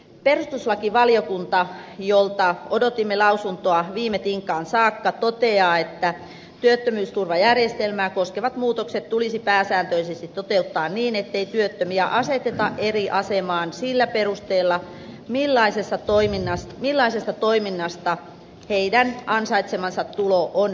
perustuslakivaliokunta jolta odotimme lausuntoa viime tinkaan saakka toteaa että työttömyysturvajärjestelmää koskevat muutokset tulisi pääsääntöisesti toteuttaa niin ettei työttömiä aseteta eri asemaan sillä perusteella millaisesta toiminnasta heidän ansaitsemansa tulo on peräisin